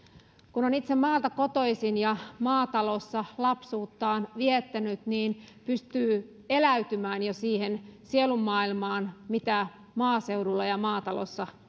kun on itse maalta kotoisin ja maatalossa lapsuuttaan viettänyt niin pystyy eläytymään jo siihen sielunmaailmaan mitä maaseudulla ja maatalossa